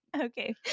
Okay